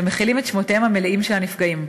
ומכילים את שמותיהם המלאים של הנפגעים.